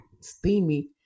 steamy